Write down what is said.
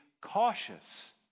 cautious